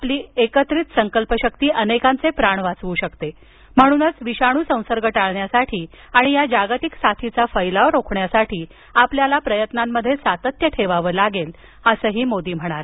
आपली एकत्रित संकल्प शक्ती अनेकांचे प्राण वाचवू शकते म्हणूनच विषाणू संसर्ग टाळण्यासाठी आणि या जागतिक साथीचा फैलाव रोखण्यासाठी आपल्याला प्रयत्नांमध्ये सातत्य ठेवावं लागेल असंही मोदी म्हणाले